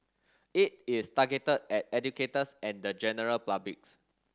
it is targeted at educators at the general public